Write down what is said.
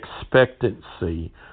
expectancy